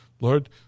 Lord